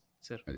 Sir